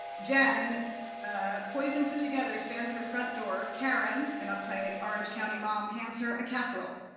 jen poised and put together stands at her front door, karen and uptight orange county mom hands her a casserole.